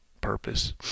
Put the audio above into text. purpose